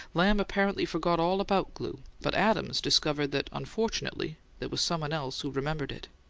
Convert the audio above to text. lamb apparently forgot all about glue, but adams discovered that unfortunately there was someone else who remembered it.